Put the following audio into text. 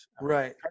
right